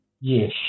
Yes